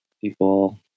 People